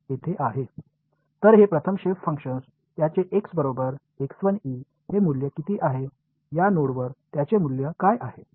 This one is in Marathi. तर हे प्रथम शेप फंक्शन त्याचे x बरोबर चे मूल्य किती आहे या नोड वर त्याचे मूल्य काय आहे